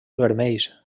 vermells